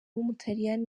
w’umutaliyani